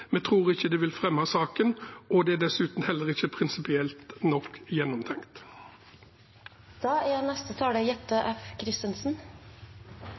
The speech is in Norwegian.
Vi tror ikke det vil fremme saken, og det er dessuten heller ikke prinsipielt nok gjennomtenkt. Det er